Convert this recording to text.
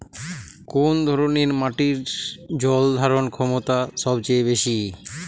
কোন ধরণের মাটির জল ধারণ ক্ষমতা সবচেয়ে বেশি?